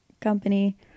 company